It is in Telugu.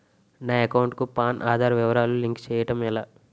నా అకౌంట్ కు పాన్, ఆధార్ వివరాలు లింక్ చేయటం ఎలా?